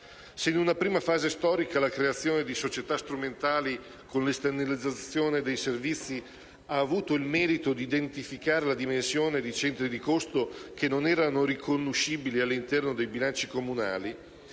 Se in una prima fase storica la creazione di società strumentali con l'esternalizzazione dei servizi ha avuto il merito di identificare la dimensione di centri di costo che non erano riconoscibili all'interno dei bilanci comunali,